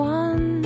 one